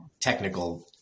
technical